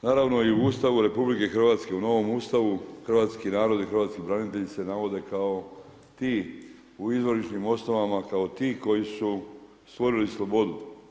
Naravno i u Ustavu RH u novom Ustavu hrvatski narod i hrvatski branitelji se navode kao ti u izvorišnim osnovama kao ti koji su stvorili slobodu.